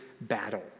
battle